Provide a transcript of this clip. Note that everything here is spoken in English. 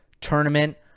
tournament